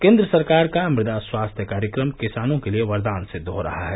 केन्द्र सरकार का मृदा स्वास्थ्य कार्यक्रम किसानों के लिए वरदान सिद्व हो रहा है